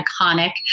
iconic